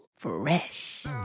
Fresh